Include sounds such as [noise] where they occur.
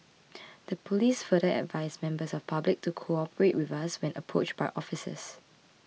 [noise] the police further advised members of public to cooperate with us when approached by officers